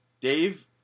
Dave